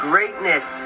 Greatness